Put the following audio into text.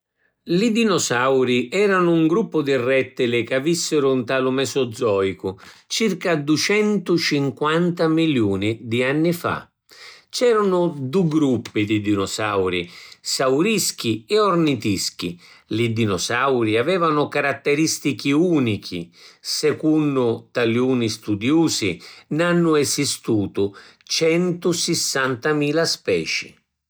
Li dinosauri eranu ‘n gruppu di rettili ca vissiru nta lu Mesozoicu, circa ducentucinquanta miliuna d’anni fa. C’eranu dù gruppi di dinosauri: saurischi e ornitischi. Li dinosauri avevanu caratteristichi unichi. Secunnu taluni studiusi n’hannu esistutu centusissantamila speci.